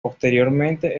posteriormente